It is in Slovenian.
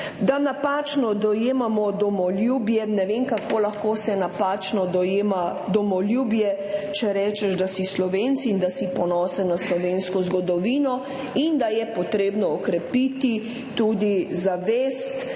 Da napačno dojemamo domoljubje – ne vem, kako se lahko napačno dojema domoljubje, če rečeš, da si Slovenec in da si ponosen na slovensko zgodovino in da je potrebno okrepiti tudi zavest,